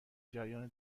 جریان